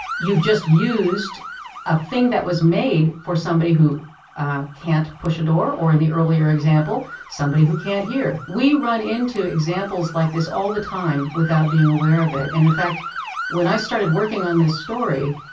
you've just used a thing that was made for somebody who can't push a door or in the earlier example, somebody who can't hear. we run into examples like this all the time without being aware of it. and in fact when i started working on this story,